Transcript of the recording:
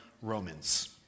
Romans